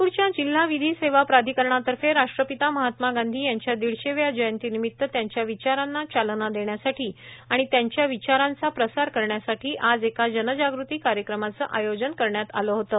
नागपूरच्या जिल्हा विधी सेवा प्राधिकरणातर्फे राश्ट्रपिता महात्मा गांधी यांच्या दीडशेव्या जयंतीनिमित्त त्यांच्या विचारांना चालना देण्यासाठी आणि त्यांच्या विचारांचा प्रसार करण्यासाठी आज एका जनजागृती कार्यक्रमाचं आयोजन करण्यात आलं होतं